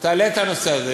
תעלה את הנושא הזה.